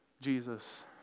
Jesus